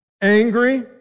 angry